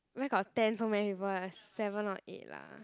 where got ten so many people ah seven or eight lah